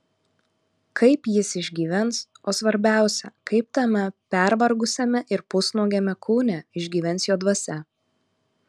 kaip jis išgyvens o svarbiausia kaip tame pervargusiame ir pusnuogiame kūne išgyvens jo dvasia